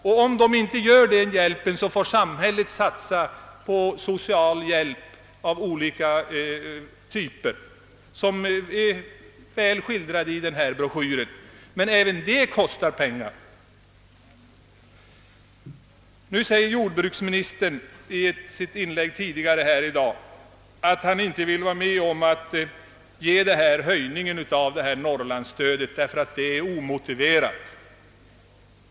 Om grannarna inte lämnar denna hjälp, måste samhället satsa på socialhjälp av olika slag, som är skildrade i broschyren, men även detta kostar pengar. Jordbruksministern sade i sitt tidigare inlägg i dag att han inte ville vara med om höjningarna av norrlandsstödet eftersom det enligt hans åsikt var omotiverat.